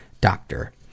DOCTOR